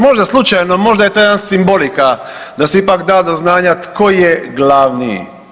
Možda slučajno, možda je to jedna simbolika da se ipak da do znanja tko je glavni?